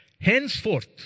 Henceforth